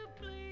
please